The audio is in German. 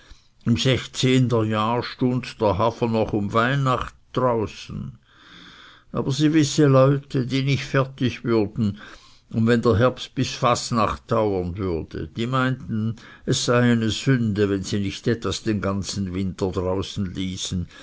stund der hafer noch um weihnacht draußen aber sie wisse leute die nicht fertig würden und wenn der herbst bis fasnacht dauern wurde die meinten es sei eine sünde wenn sie nicht etwas den ganzen winter draußen ließen